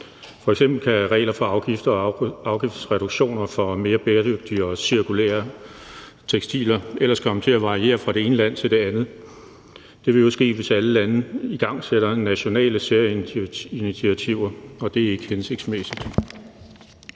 f.eks. regler for afgifter og afgiftsreduktioner for mere bæredygtige og cirkulære tekstiler komme til at variere fra det ene land til det andet. Det vil jo ske, hvis alle lande igangsætter nationale særinitiativer, og det er ikke hensigtsmæssigt.